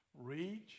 Reach